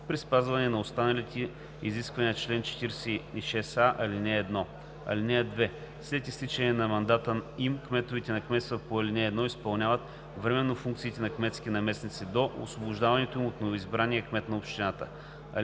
при спазване на останалите изисквания на чл. 46а, ал. 1. (2) След изтичане на мандата им кметовете на кметствата по ал. 1 изпълняват временно функциите на кметски наместници до освобождаването им от новоизбрания кмет на общината. § 3.